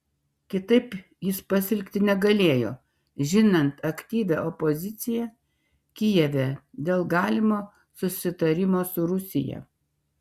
kitaip jis pasielgti negalėjo žinant aktyvią opoziciją kijeve dėl galimo susitarimo su rusija